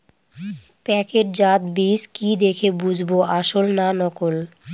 প্যাকেটজাত বীজ কি দেখে বুঝব আসল না নকল?